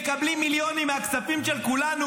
מקבלים מיליונים מהכספים של כולנו,